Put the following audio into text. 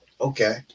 Okay